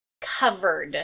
covered